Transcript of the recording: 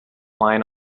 line